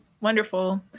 Wonderful